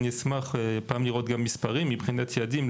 אני אשמח לראות גם מספרים מבחינת יעדים,